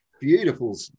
Beautiful